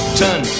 turn